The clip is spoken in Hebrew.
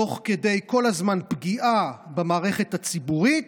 כל הזמן תוך כדי פגיעה במערכת הציבורית,